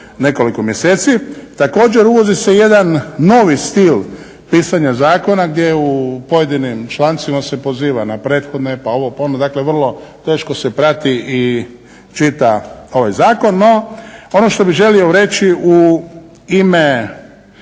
nekoliko mjeseci. Također uvodi se jedan novi stil pisanja zakona gdje u pojedinim člancima se poziva na prethodne pa ovo, pa ono, dakle vrlo teško se prati i čita ovaj zakon. No ono što bih želio reći u ime